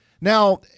Now